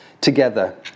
together